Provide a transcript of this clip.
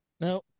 No